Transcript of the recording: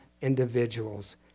individuals